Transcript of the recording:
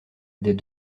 des